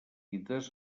sistemes